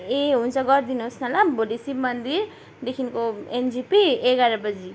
ए हुन्छ गरिदिनुहोस् न ल भोलि शिव मन्दिरदेखिको एनजेपी एघार बजी